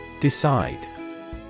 Decide